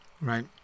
right